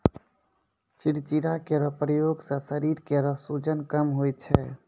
चिंचिड़ा केरो प्रयोग सें शरीर केरो सूजन कम होय छै